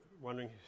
wondering